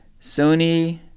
Sony